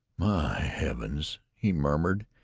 my heavens! he murmured,